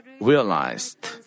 realized